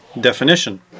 Definition